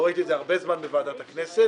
לא ראיתי את זה הרבה זמן בוועדת הכנסת